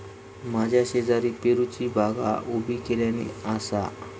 माझ्या शेजारी पेरूची बागा उभी केल्यानी आसा